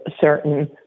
certain